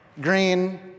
green